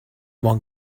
bon